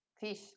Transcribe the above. Fish